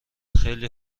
خیلی